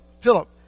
Philip